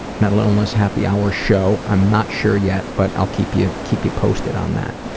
mental illness happy hour show i'm not sure yet, but i'll keep you keep you posted on that.